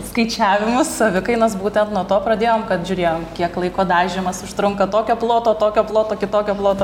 skaičiavimus savikainas būtent nuo to pradėjom kad žiūrėjom kiek laiko dažymas užtrunka tokio ploto tokio ploto kitokio ploto